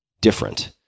different